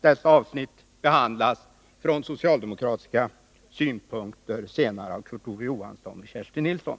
Från socialdemokratiskt håll behandlas dessa avsnitt senare av Kurt Ove Johansson och Kerstin Nilsson.